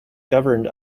governed